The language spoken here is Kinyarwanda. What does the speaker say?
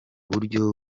buryo